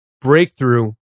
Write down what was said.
breakthrough